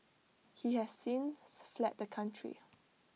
he has since fled the country